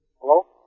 Hello